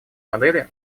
модели